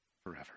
Forever